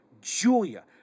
Julia